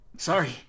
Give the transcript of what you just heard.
Sorry